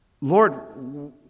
Lord